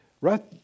Right